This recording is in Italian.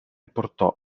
portò